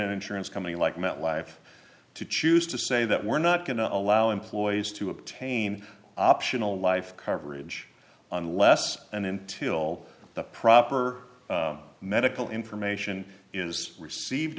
an insurance company like metlife to choose to say that we're not going to allow employees to obtain optional life coverage unless and until the proper medical information is received